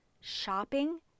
shopping